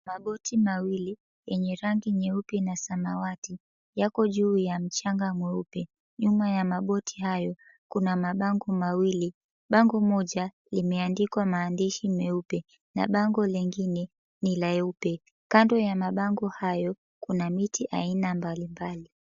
Maboti mawili, yenye rangi nyeupe na samawati, yako juu ya mchanga mweupe. Nyuma ya maboti hayo, kuna mabango mawili. Bango moja, imeandikwa maandidhi meupe na bango lingine, ni leupe. Kando ya mabango hayo, kuna miti aina mbalimbali.